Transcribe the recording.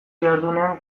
jardunean